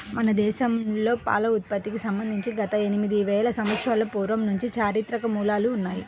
మన దేశంలో పాల ఉత్పత్తికి సంబంధించి గత ఎనిమిది వేల సంవత్సరాల పూర్వం నుంచి చారిత్రక మూలాలు ఉన్నాయి